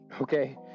Okay